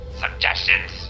Suggestions